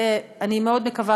ואני מאוד מקווה,